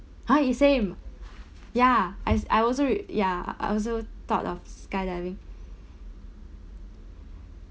!huh! it same ya I I also ya I also thought of skydiving